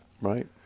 Right